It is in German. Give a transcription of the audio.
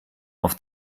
auf